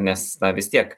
nes na vis tiek